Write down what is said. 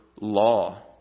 law